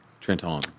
Trenton